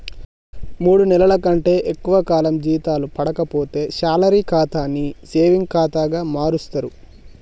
మూడు నెలల కంటే ఎక్కువ కాలం జీతాలు పడక పోతే శాలరీ ఖాతాని సేవింగ్ ఖాతా మారుస్తరు